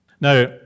Now